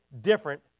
different